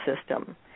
system